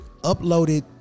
uploaded